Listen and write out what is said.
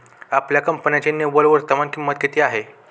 आपल्या कंपन्यांची निव्वळ वर्तमान किंमत किती आहे?